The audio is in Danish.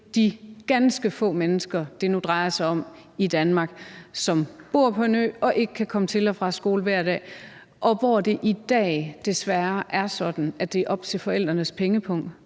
de ganske få mennesker, det nu drejer sig om i Danmark, som bor på en ø og ikke kan komme til og fra skole hver dag, og hvor det i dag desværre er sådan, at det er op til forældrenes pengepung,